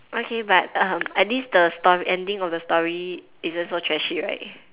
okay but um at least the story ending of the story isn't so trashy right